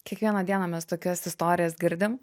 kiekvieną dieną mes tokias istorijas girdim